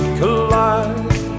collide